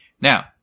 Now